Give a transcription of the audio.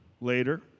later